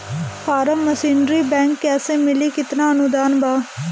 Form machinery bank कैसे मिली कितना अनुदान बा?